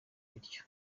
bityo